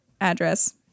address